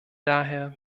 daher